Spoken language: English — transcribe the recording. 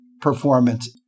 performance